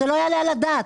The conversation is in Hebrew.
זה לא יעלה על הדעת.